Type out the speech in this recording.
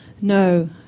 no